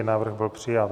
Návrh byl přijat.